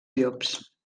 llops